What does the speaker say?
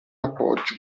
appoggio